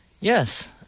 Yes